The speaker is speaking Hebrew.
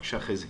בבקשה, חזי.